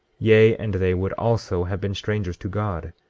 yea, and they would also have been strangers to god.